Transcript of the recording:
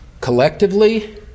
Collectively